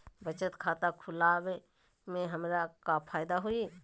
बचत खाता खुला वे में हमरा का फायदा हुई?